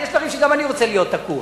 יש דברים שגם אני רוצה להיות תקוע.